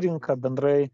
rinka bendrai